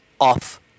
off